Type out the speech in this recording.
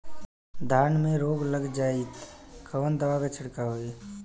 धान में रोग लग जाईत कवन दवा क छिड़काव होई?